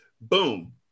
Boom